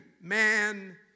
man